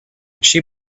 she